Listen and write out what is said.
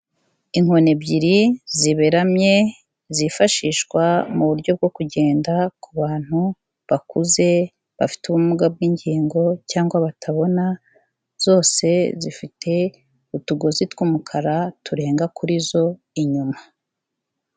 Inkoni ebyiri ziberamye zifashishwa mu buryo bwo kugenda ku bantu bakuze bafite ubumuga bw'ingingo cyangwa batabona, zose zifite utugozi tw'umukara turenga kuri zo inyuma.